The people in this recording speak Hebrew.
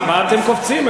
מה אתם קופצים?